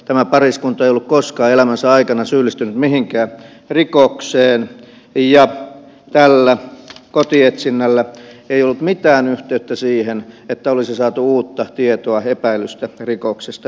tämä pariskunta ei ollut koskaan elämänsä aikana syyllistynyt mihinkään rikokseen ja tällä kotietsinnällä ei ollut mitään yhteyttä siihen että olisi saatu uutta tietoa epäillystä rikoksesta